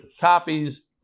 copies